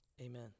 Amen